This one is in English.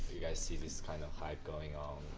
you guys see this kind of hype going on,